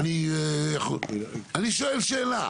ואני, אני שואל שאלה.